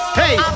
hey